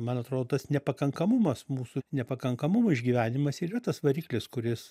man atro tas nepakankamumas mūsų nepakankamumo išgyvenimas ir yra tas variklis kuris